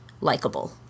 likable